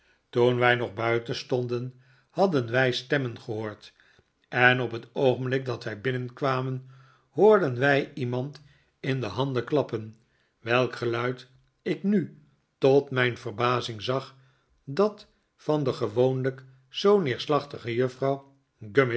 toen wij nog buiten stonden hadden wij stemmen gehoord en op het oogenblik dat wij binnenkwamen hoorden wij iemand in de handen klappen welk geluid ik nu tot mijn verbazing zag dat van de gewoonlijk zoo neerslachtige juffrouw